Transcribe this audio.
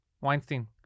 Weinstein